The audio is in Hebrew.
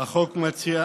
מדובר